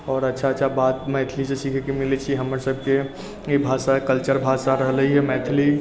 आओर अच्छा अच्छा बात मैथिली जे सिखएके मिलै छै हमरा सबकेँ ई भाषा कल्चर भाषा रहलै यऽ मैथिली